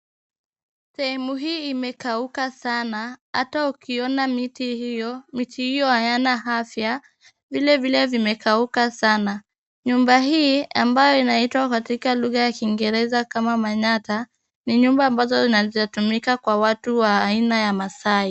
Sehemu hii imekauka sana, hata ukiona miti hiyo, miti hiyo hayana afya. Vilevile zimekauka sana. Nyumba hii ambayo inaitwa katika lugha ya Kiingereza kama manyatta , ni nyumba ambazo zinaweza tumika kwa watu wa aina ya Maasai.